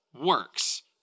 works